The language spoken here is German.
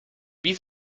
wie